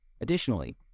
Additionally